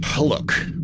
Look